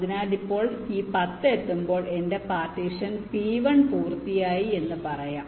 അതിനാൽ ഈ 10 എത്തുമ്പോൾ എന്റെ പാർട്ടീഷൻ P1 പൂർത്തിയായി എന്ന് പറയാം